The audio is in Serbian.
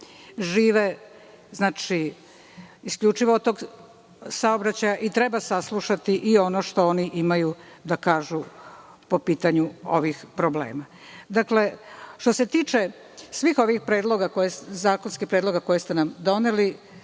Žive znači isključivo od tog saobraćaja i treba saslušati i ono što oni imaju da kažu po pitanju ovih problema. Dakle, što se tiče svih ovih zakonskih predloga koje ste nam doneli,